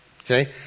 Okay